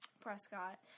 Prescott